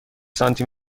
سانتی